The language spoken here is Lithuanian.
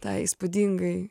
tai įspūdingai